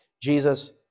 Jesus